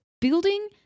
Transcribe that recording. building